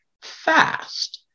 fast